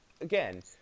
again